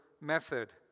method